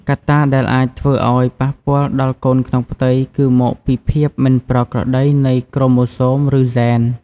កត្តាដែលអាចធ្វើអោយប៉ះពាល់ដល់កូនក្នុងផ្ទៃគឺមកពីភាពមិនប្រក្រតីនៃក្រូម៉ូសូម ឬហ្សែន ។